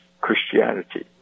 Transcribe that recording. Christianity